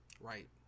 right